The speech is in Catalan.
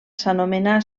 s’anomena